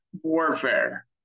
warfare